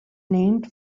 named